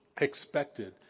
expected